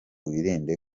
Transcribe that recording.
wirinde